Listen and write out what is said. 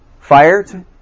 fired